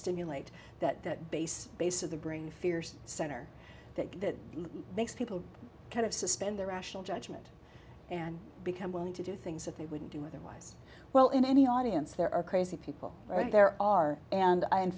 stimulate that the base base of the brain fears center that makes people kind of suspend their rational judgment and become willing to do things that they wouldn't do otherwise well in any audience there are crazy people right there are and i in